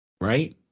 right